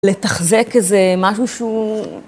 לתחזק איזה משהו שהוא...